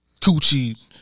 Coochie